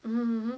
mmhmm